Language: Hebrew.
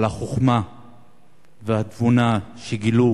על החוכמה והתבונה שגילו